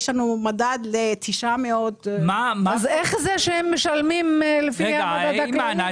יש לנו מדד ל-900 --- אז איך זה שהם משלמים לפי המדד הכללי?